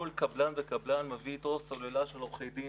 כל קבלן וקבלן מביא איתו סוללה של עורכי דין,